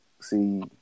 see